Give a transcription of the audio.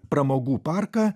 pramogų parką